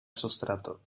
sustrato